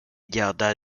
garda